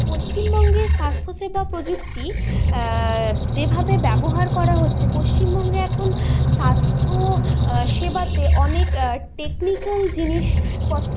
পশ্চিমবঙ্গে স্বাস্থ্যসেবা প্রযুক্তি যেভাবে ব্যবহার করা হচ্ছে পশ্চিমবঙ্গে এখন স্বাস্থ্যসেবাতে অনেক টেকনিক্যাল জিনিসপত্র